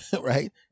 right